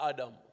Adam